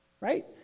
right